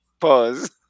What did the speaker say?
Pause